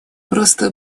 просто